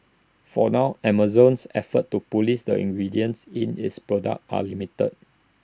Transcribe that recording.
for now Amazon's efforts to Police the ingredients in its products are limited